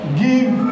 give